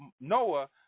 Noah